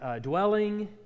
dwelling